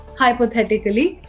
hypothetically